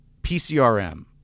PCRM